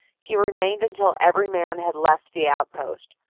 he remained until every man had left the outpost,